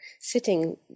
sitting